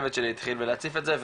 הצוות שלי התחיל להציף את זה,